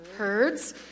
Herds